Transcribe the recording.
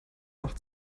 macht